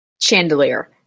chandelier